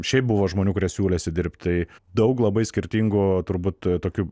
šiaip buvo žmonių kurie siūlėsi dirbt tai daug labai skirtingų turbūt tokių